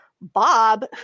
Bob